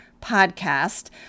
podcast